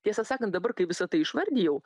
tiesą sakant dabar kai visa tai išvardijau